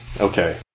Okay